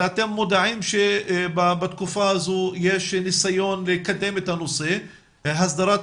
הרי אתם מודעים שבתקופה הזו יש ניסיון לקדם את נושא הסדרת